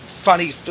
funny